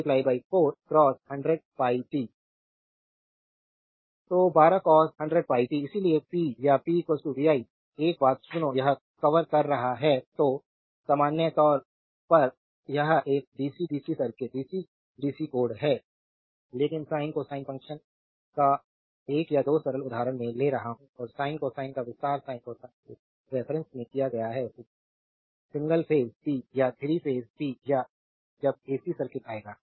slide time देखें 3634 तो 12 cos 100 πt इसलिए पी या पी vi एक बात सुनो यह कवर कर रहा है तो सामान्य तौर पर यह एक DC DC circuit DC code है लेकिन साइन कोसाइन फ़ंक्शन का एक या दो सरल उदाहरण मैं ले रहा हूं और साइन कोसाइन का विस्तार साइन कोसाइन के रेफरेन्स में किया गया है सिंगल फेज पी या 3 फेज पी या जब एसी सर्किट आएगा